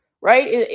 right